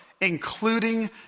including